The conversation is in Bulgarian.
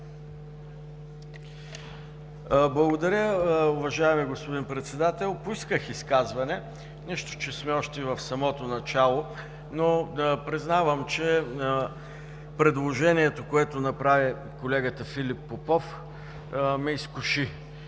Благодаря, уважаеми господин Председател. Поисках изказване, нищо че сме още в самото начало, но признавам, че предложението, което направи колегата Филип Попов, ме изкуши